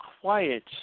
quiet